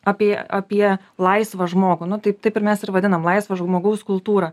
apie apie laisvą žmogų nu tai taip ir mes ir vadinam laisvo žmogaus kultūra